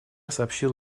сообщил